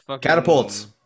Catapults